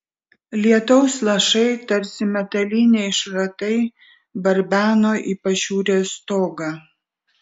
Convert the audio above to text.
lietaus lašai tarsi metaliniai šratai barbeno į pašiūrės stogą